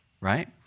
right